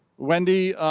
wendy,